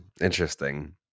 interesting